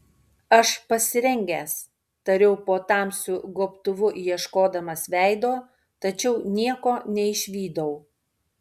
aš pasirengęs tariau po tamsiu gobtuvu ieškodamas veido tačiau nieko neišvydau